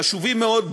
חשובים מאוד,